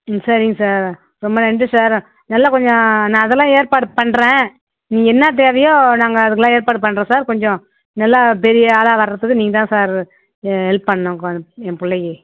ம் சரிங்க சார் ரொம்ப நன்றி சார் எல்லா கொஞ்சம் நான் அதெலாம் ஏற்பாடு பண்ணுறேன் நீங்கள் என்ன தேவையோ நாங்கள் அதுக்கெல்லாம் ஏற்பாடு பண்ணுறோம் சார் கொஞ்சம் நல்லா பெரிய ஆளாக வரதுக்கு நீந்தான் சார் ஹெல்ப் பண்ணணும் என் பிள்ளைக்கி